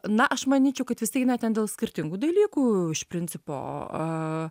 na aš manyčiau kad vis tiek ten dėl skirtingų dalykų iš principo a